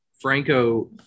Franco